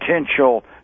potential